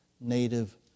native